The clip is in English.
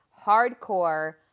hardcore